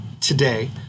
today